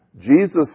jesus